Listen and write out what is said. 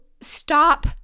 stop